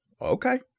okay